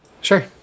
Sure